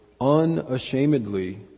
unashamedly